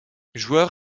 joueur